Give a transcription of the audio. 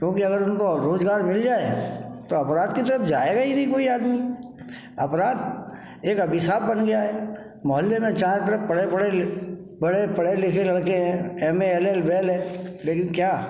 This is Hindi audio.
क्योंकि अगर उनको रोज़गार मिल जाए तो अपराध की तरफ जाएगा ही नहीं कोई आदमी अपराध एक अभिषाप बन गया है मोहल्ले में चारों तरफ पढ़े पढ़े लि पढ़े पढ़े लिखे लड़के हैं M A L L B हैं लेकिन क्या